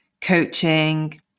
coaching